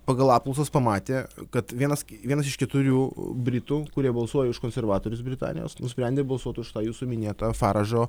pagal apklausas pamatė kad vienas vienas iš keturių britų kurie balsuoja už konservatorius britanijos nusprendė balsuot už tą jūsų minėtą faražo